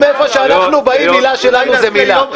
מאיפה שאנחנו באים מילה שלנו זה מילה.